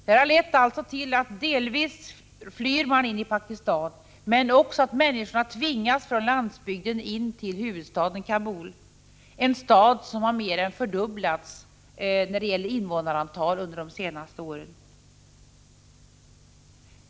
Detta har alltså lett till att människorna antingen flyr till Pakistan eller tvingas från landsbygden in till huvudstaden Kabul, en stad vars invånarantal mer än fördubblats under de senaste åren.